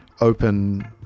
open